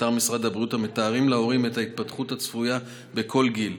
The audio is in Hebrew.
באתר משרד הבריאות המתארים להורים את ההתפתחות הצפויה בכל גיל.